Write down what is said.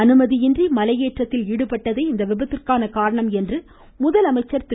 அனுமதியின்றி மலையேற்றத்தில் ஈடுபட்டதே இந்த விபத்திற்கான காரணம் என்று முதலமைச்சர் திரு